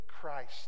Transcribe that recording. Christ